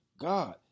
God